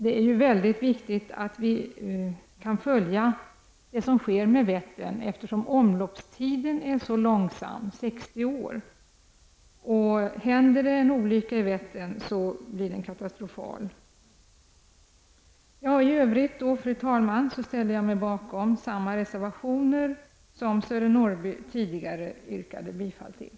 Det är mycket viktigt att vi kan följa det som sker med Vättern, eftersom omloppstiden är så långsam, 60 år. Om det händer en olycka i Vättern blir den katastrofal. Fru talman! I övrigt ställer jag mig bakom samma reservationer som Sören Norrby tidigare yrkade bifall till.